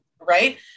Right